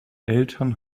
eltern